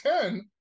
Ten